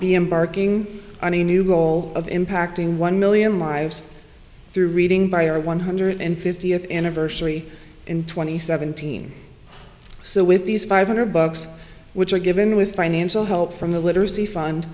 embarking on a new goal of impacting one million lives through reading by our one hundred fiftieth anniversary in twenty seventeen so with these five hundred bucks which are given with financial help from the literacy fund